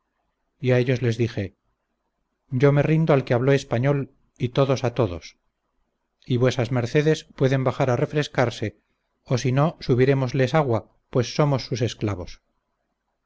y a ellos les dije yo me rindo al que habló español y todos a todos y vuesas mercedes pueden bajar a refrescarse o sino subirémosles agua pues somos sus esclavos